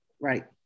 Right